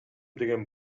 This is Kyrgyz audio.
деген